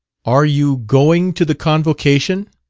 are you going to the convocation?